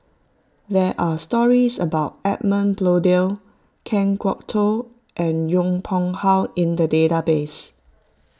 there are stories about Edmund Blundell Kan Kwok Toh and Yong Pung How in the database